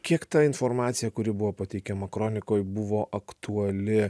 kiek ta informacija kuri buvo pateikiama kronikoj buvo aktuali